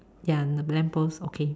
ya the lamp post okay